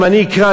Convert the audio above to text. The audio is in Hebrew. אם אני אקרא,